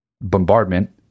bombardment